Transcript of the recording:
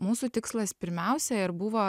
mūsų tikslas pirmiausia ir buvo